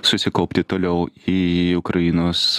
susikaupti toliau į ukrainos